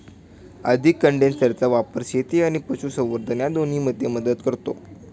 अधिक कंडेन्सरचा वापर शेती आणि पशुसंवर्धन या दोन्हींमध्ये मदत करतो